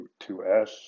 2S